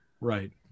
right